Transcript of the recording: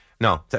no